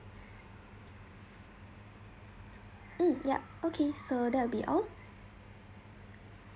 mm yup okay so that will be all